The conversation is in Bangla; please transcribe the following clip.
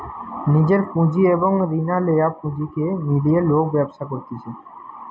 নিজের পুঁজি এবং রিনা লেয়া পুঁজিকে মিলিয়ে লোক ব্যবসা করতিছে